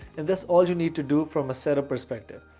and that's all you need to do from a setup perspective.